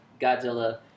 Godzilla